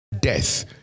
Death